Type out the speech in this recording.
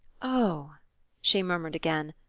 oh she murmured again,